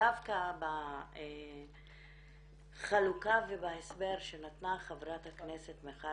דווקא בחלוקה ובהסבר שנתנה חברת הכנסת מיכל